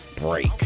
break